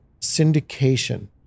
syndication